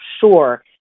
sure